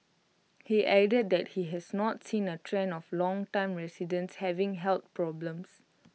he added that he has not seen A trend of longtime residents having health problems